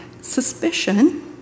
suspicion